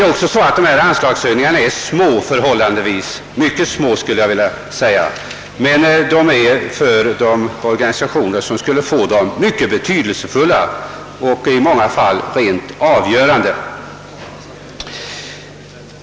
De anslagshöjningar vi begär är förhållandevis mycket små, men för organisationerna som skulle få dem är de mycket betydelsefulla och i många fall rent av avgörande.